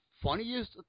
funniest